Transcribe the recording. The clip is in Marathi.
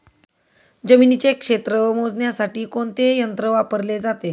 जमिनीचे क्षेत्र मोजण्यासाठी कोणते यंत्र वापरले जाते?